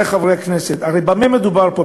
וחברי חברי הכנסת, הרי במה מדובר פה?